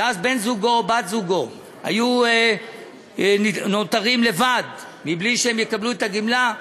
ואז בן-זוגו או בת-זוגו היו נותרים לבד בלי שהם יקבלו את הגמלה,